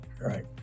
Right